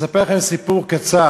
אני אספר לכם סיפור קצר.